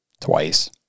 twice